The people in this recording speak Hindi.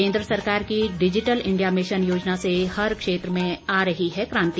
केंद्र सरकार की डिजिटल इंडिया मिशन योजना से हर क्षेत्र में आ रही है क्रांति